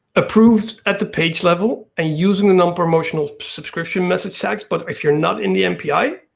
approved at the page level and using the non-promotional subscription message tags, but if you are not in the npi,